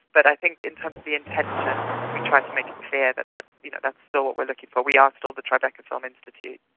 but i think in terms of the intention we try to make it clear that that you know that's still what we're looking for, we are still the tribeca film institute.